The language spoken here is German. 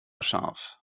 scharf